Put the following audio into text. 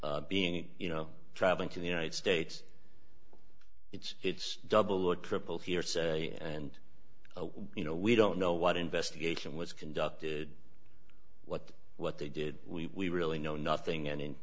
being you know traveling to the united states it's it's double or triple hearsay and you know we don't know what investigation was conducted what what they did we really know nothing